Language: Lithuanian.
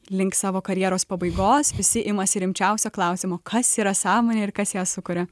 link savo karjeros pabaigos visi imasi rimčiausio klausimo kas yra sąmonė ir kas ją sukuria